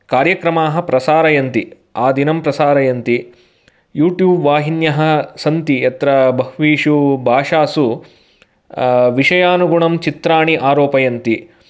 कार्यक्रमाः प्रसारयन्ति आदिनं प्रसारयन्ति यूट्यूब् वाहिन्यः सन्ति यत्र बह्वीषु भाषासु विषयानुगुणं चित्राणि आरोपयन्ति